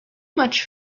much